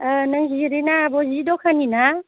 अ नों जिरिना आब' सि दाखानि ना